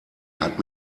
hat